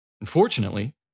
Unfortunately